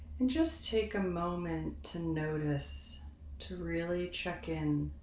and just take a moment to notice to really check in